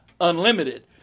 unlimited